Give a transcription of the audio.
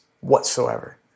whatsoever